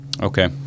Okay